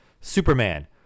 Superman